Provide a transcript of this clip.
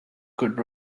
could